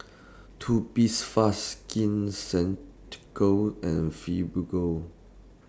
Skin Ceuticals and Fibogel